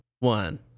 One